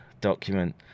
document